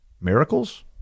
miracles